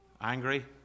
angry